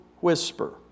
whisper